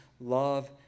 love